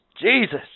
Jesus